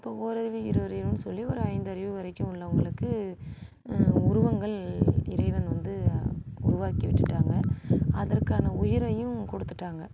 இப்போ ஓரறிவு ஈரறிவுனு சொல்லி ஒரு ஐந்தறிவு வரைக்கும் உள்ளவங்களுக்கு உருவங்கள் இறைவன் வந்து உருவாக்கி விட்டுட்டாங்க அதற்கான உயிரையும் கொடுத்துட்டாங்க